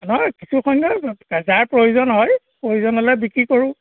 নহয় কিছু সংখ্যক যাৰ প্ৰয়োজন হয় প্ৰয়োজন হ'লে বিক্ৰী কৰোঁ